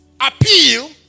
Appeal